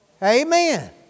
Amen